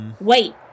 wait